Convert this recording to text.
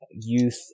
youth